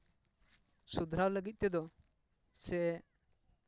ᱥᱩᱫᱷᱨᱟᱣ ᱞᱟᱹᱜᱤᱫ ᱛᱮᱫᱚ ᱥᱮ